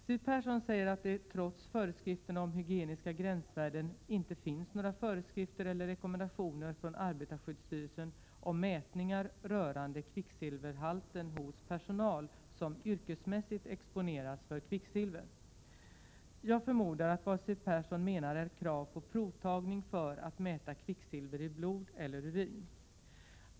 Siw Persson säger att det trots föreskrifterna om hygieniska gränsvärden inte finns några föreskrifter eller rekommendationer från arbetarskyddsstyrelsen om mätningar rörande kvicksilverhalten hos personal som yrkesmässigt exponeras för kvicksilver. Jag förmodar att vad Siw Persson menar är krav på provtagning för att mäta kvicksilver i blod eller urin.